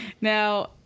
Now